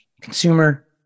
Consumer